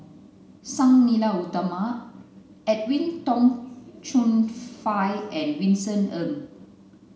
Sang Nila Utama Edwin Tong Chun Fai and Vincent Ng